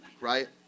right